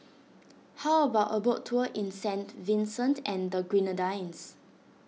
how about a boat tour in Saint Vincent and the Grenadines